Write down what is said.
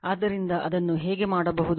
ಆದ್ದರಿಂದ ಅದನ್ನು ಹೇಗೆ ಮಾಡಬಹುದು